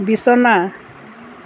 বিছনা